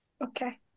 Okay